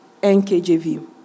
NKJV